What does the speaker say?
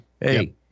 Hey